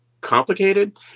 complicated